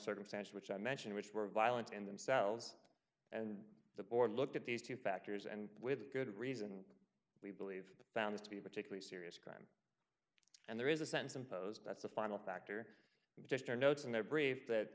circumstances which i mentioned which were violent in themselves and the board looked at these two factors and with good reason we believe found this to be particularly serious crime and there is a sense impose that's the final factor just our notes in their brief that